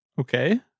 Okay